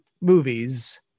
movies